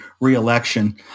reelection